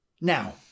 Now